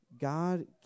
God